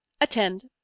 Attend